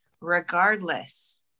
regardless